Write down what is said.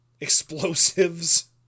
Explosives